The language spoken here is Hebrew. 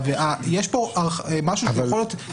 כן, אבל לא כל משקיף.